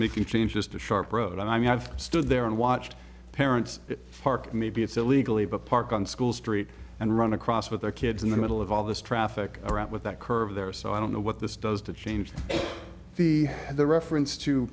making changes to sharp road i mean i've stood there and watched parents park maybe it's illegally but park on school street and run across with their kids in the middle of all this traffic around with that curve there so i don't know what this does to change the the reference to